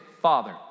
father